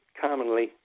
commonly